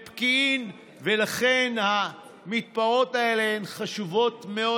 ופקיעין, ולכן המתפרות האלה הן חשובות מאוד.